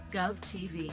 GovTV